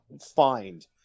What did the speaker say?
find